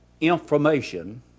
information